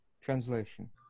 translation